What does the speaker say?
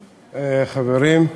חברים,